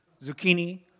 Zucchini